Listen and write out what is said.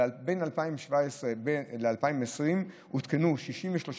בין 2017 ל-2020 הותקנו פסי מיגון לאורך 63